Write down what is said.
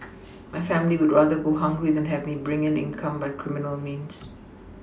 my family would rather go hungry than have me bring in income by criminal means